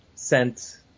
sent